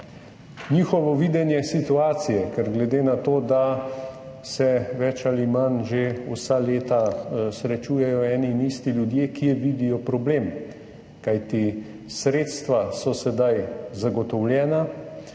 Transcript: njihovo videnje situacije glede na to, da se več ali manj že vsa leta srečujejo eni in isti ljudje, kje vidijo problem, kajti sredstva so sedaj zagotovljena,